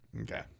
Okay